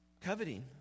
Coveting